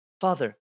Father